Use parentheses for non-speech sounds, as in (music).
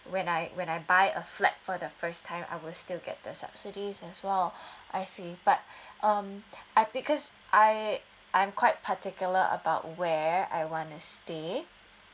when I when I buy a flat for the first time I will still get the subsidies as well (breath) I see but um I because I I'm quite particular about where I wanna stay